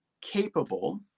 capable